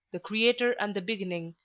the creator and the beginning,